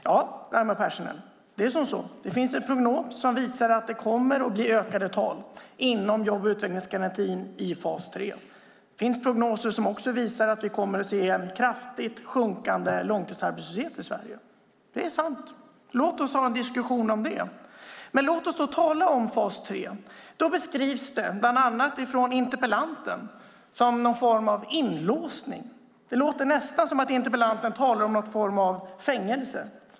Raimo Pärssinen, det finns en prognos som visar att det kommer att bli ökade tal inom jobb och utvecklingsgarantin i fas 3. Det finns också prognoser som visar att vi kommer att se en kraftigt minskande långtidsarbetslöshet i Sverige. Det är sant. Låt oss ha en diskussion om det. Men låt oss nu tala om fas 3. Den beskrivs, bland annat av interpellanten, som någon form av inlåsning. Det låter nästan som om interpellanten talar om någon form av fängelse.